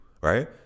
right